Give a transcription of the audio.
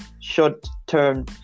short-term